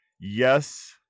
yes